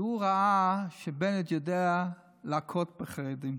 כי הוא ראה שבנט יודע להכות בחרדים.